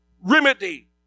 remedy